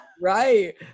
Right